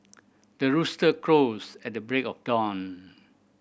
the rooster crows at the break of dawn